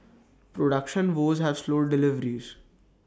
production woes have slowed deliveries